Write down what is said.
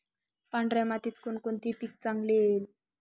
पांढऱ्या मातीत कोणकोणते पीक चांगले येईल?